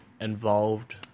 involved